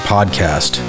Podcast